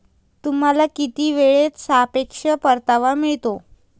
तुम्हाला किती वेळेत सापेक्ष परतावा मिळतो?